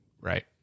Right